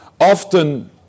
often